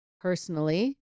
personally